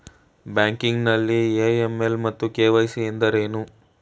Banking ನಲ್ಲಿ AML ಮತ್ತು KYC ಎಂದರೇನು?